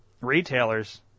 retailers